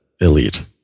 elite